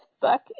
book